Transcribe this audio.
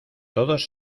todos